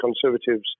Conservatives